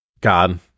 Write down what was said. God